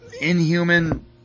Inhuman